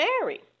married